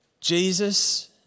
Jesus